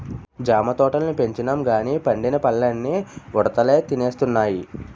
జామ తోటల్ని పెంచినంగానీ పండిన పల్లన్నీ ఉడతలే తినేస్తున్నాయి